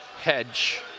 hedge